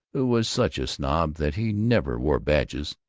who was such a snob that he never wore badges,